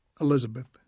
Elizabeth